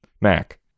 Mac